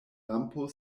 lampo